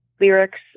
lyrics